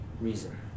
reason